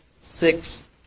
six